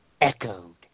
echoed